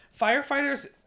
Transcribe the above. firefighters